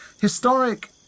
historic